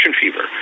fever